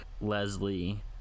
Leslie